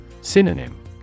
Synonym